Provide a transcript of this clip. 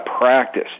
practice